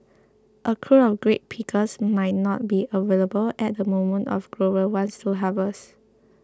a crew of grape pickers might not be available at the moment a grower wants to harvest